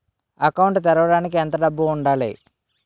Account తెరవడానికి ఎంత డబ్బు ఉండాలి?